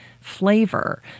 flavor